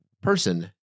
person